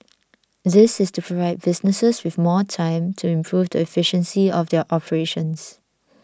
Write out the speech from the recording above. this is to provide businesses with more time to improve the efficiency of their operations